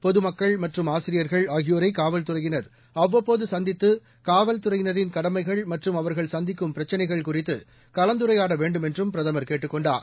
பொதுமக்கள் மற்றும் ஆசிரியர்கள் ஆகியோரை காவல்துறையினர் அவ்வப்போது சந்தித்து காவல்துறையினரின் கடமைகள் மற்றும் அவர்கள் சந்திக்கும் பிரச்சினைகள் குறித்து கலந்துரையாட வேண்டும் என்றும் பிரதமர் கேட்டுக் கொண்டார்